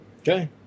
Okay